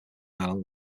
island